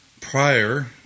prior